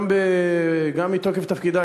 גם מתוקף תפקידי,